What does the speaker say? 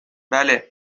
بله